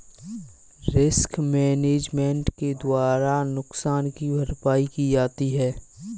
risk management के द्वारा नुकसान की भरपाई की जाती है